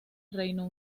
reino